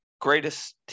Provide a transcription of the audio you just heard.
greatest